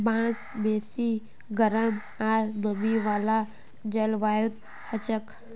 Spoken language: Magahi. बांस बेसी गरम आर नमी वाला जलवायुत हछेक